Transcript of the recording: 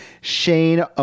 Shane